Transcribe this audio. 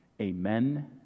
Amen